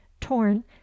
torn